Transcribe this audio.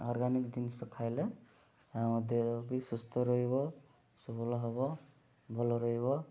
organic ଜିନିଷ ଖାଇଲେ ଆମ ଦେହ ବି ସୁସ୍ଥ ରହିବ ସବଳ ହେବ ଭଲ ରହିବ